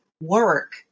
work